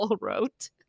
wrote